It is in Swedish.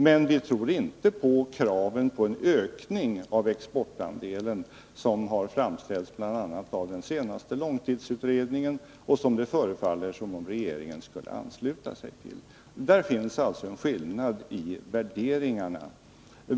Men vi tror inte på de krav på en ökning av exportandelen som har framställts bl.a. av den senaste långtidsutredningen och som det förefaller som om regeringen skulle ansluta sig till. Där finns alltså en skillnad i värderingarna.